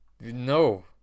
No